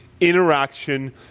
interaction